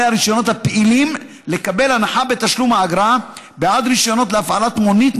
הרישיונות הפעילים הנחה בתשלום האגרה בעד רישיונות להפעלת מונית,